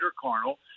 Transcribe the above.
carnal